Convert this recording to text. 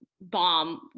bomb